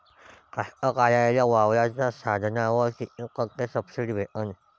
कास्तकाराइले वावराच्या साधनावर कीती टक्के सब्सिडी भेटते?